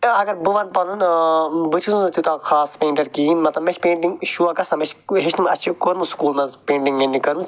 ٲں اگر بہٕ ونہٕ پنُن ٲں بہٕ چھُس نہٕ تیٛوٗتاہ خاص پینٹر کہیٖنۍ مطلب مےٚ چھِ پینٹِنٛگ شوق گژھان مےٚ چھِ ہیٚچھمٕژ اسہِ چھُ کٔرمٕژ سکولَس منٛز پینٹِنگ وینٹِنٛگ کٔرمٕژ